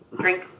drink